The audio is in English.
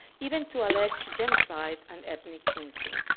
even to alleged genocide and ethnic cleansing.